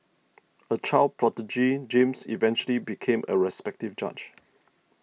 a child prodigy James eventually became a respected judge